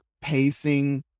pacing